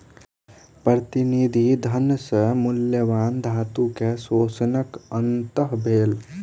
प्रतिनिधि धन सॅ मूल्यवान धातु के शोषणक अंत भेल